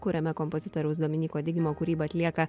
kuriame kompozitoriaus dominyko digimo kūrybą atlieka